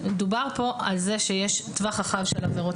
מדובר כאן כל כך שיש טווח רחב של עבירות